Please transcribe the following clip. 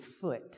foot